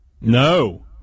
No